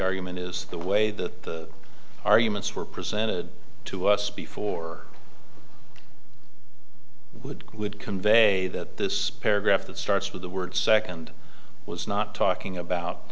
argument is the way that the arguments were presented to us before would would convey that this paragraph that starts with the word second was not talking about